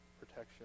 protection